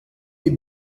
les